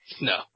No